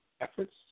efforts